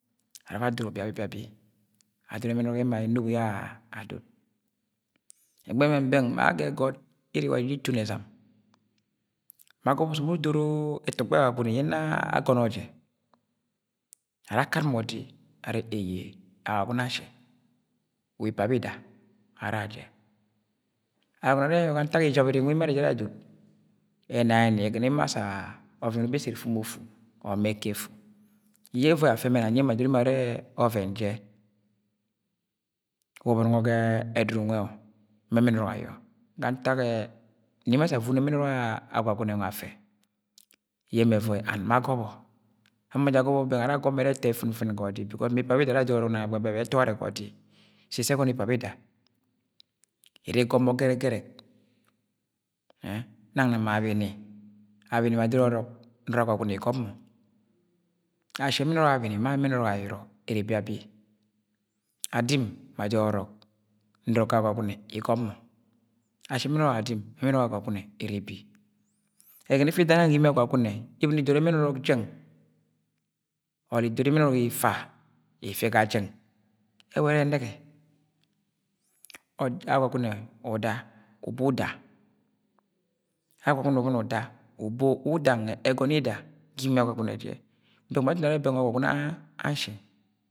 . ara afa adoro biabi. adoro ẹmẹn ọrọk yẹ ẹmẹn enobo ya adod ẹgbẹ bẹng–beng ma gẹ ẹgọt iri iwa iji itun ẹzam ma agọbọ ọsọm uru udoro ẹtọgbọ Agwagune yẹ nọ agọnọ jẹ. ara akad mọ odi are eiye Agwagune asni wa ipa bida ara aje. agọnọ arẹ wa ntak ijabiri nwẹ yẹ emo arre jẹ ara adọd ena yẹ ni ẹgọnọ emo assa–ọvẹn ubi ẹssẹ ẹfu mu ufu or ma ẹkọ efu yẹ ẹvọi afẹ ma ẹmẹn anyi emo arẹ ọvẹn je. wọbọ nungo ga ẹdudu nwe–o ma ẹmẹn ọrọk ayọ. ga ntak ẹ ne emo asa avono ẹmẹn ọrọk Agwagune nwe afẹ ye ẹmẹ ẹvọi and ma agọbọ ama mọ jẹ agọbọ ẹtọ yẹ finfin ga odi because ma ipa bida ara adoro ọrọk nang ẹgbẹ bẹng ẹwẹ ẹtọ warẹ ga ọdi sins yẹ ẹgọnọ ipa bida. iri igob mọ gẹrẹgẹrẹk nang na Abini. abini ma adoro ọrọk nọrọ agwagune igọbọ mo. ashi ẹmẹn ọrọk abini ma ẹmẹn ọrọk ayọrọ ere biabi. adim ma adoro ọrọk agwagune ere bi. Egọnọ ifi ida ginang ga imie agwagune ibọni idoro ẹmẹn ọrọk jẹng or idoro ẹmẹn ọrọk ifa ifẹ ga jeng ewọrẹ ẹnẹgẹ. agwagune uda ubo uda. agwagune uboni uda uba uda nwẹ ẹgọn yida ga izim agwagune jẹ nọ ma atun arẹ bẹng ǫgwọgune ashi